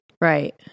Right